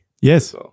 Yes